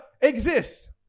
exists